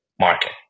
market